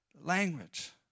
language